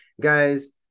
Guys